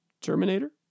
Terminator